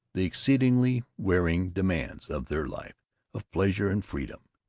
the exceedingly wearing demands, of their life of pleasure and freedom.